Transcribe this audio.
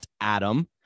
Adam